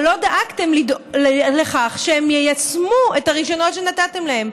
אבל לא דאגתם לכך שהם יישמו את הרישיונות שנתתם להם.